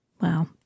Wow